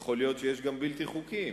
יכול להיות שיש גם בלתי חוקיים.